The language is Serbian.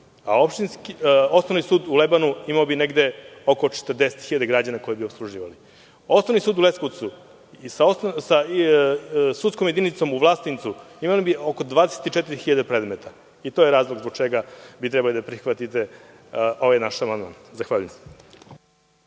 a osnovni sud u Lebanu imao bi negde oko 40 hiljada građana koje bi opsluživali. Osnovni su u Leskovcu sa sudskom jedinicom u Vlasotincu imali bi oko 24 hiljade predmeta, i to je razlog zbog čega bi trebali da prihvatite ovaj naš amandman. Zahvaljujem.